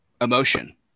emotion